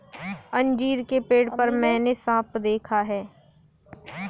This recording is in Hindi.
अंजीर के पेड़ पर मैंने साँप देखा